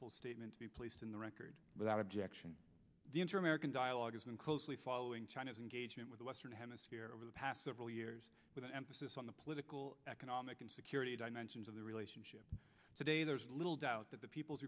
full statement to be placed in the record without objection the interim merican dialogue has been closely following china's engagement with the western hemisphere over the past several years with an emphasis on the political economic and security dimension of the relationship today there is little doubt that the people's